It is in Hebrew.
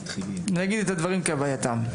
אגיד את הדברים כהווייתם.